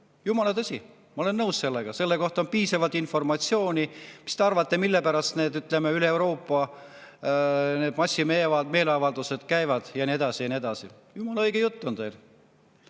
Jumala tõsi! Ma olen nõus sellega, selle kohta on piisavalt informatsiooni. Mis te arvate, mille pärast üle Euroopa need massimeeleavaldused käivad ja nii edasi ja nii edasi? Jumala õige jutt on teil. Aga